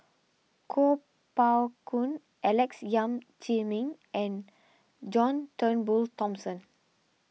Kuo Pao Kun Alex Yam Ziming and John Turnbull Thomson